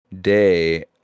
day